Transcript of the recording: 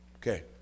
Okay